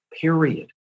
period